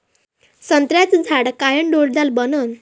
संत्र्याचं झाड कायनं डौलदार बनन?